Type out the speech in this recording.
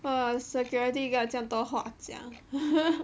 !wah! security guard 这样多话讲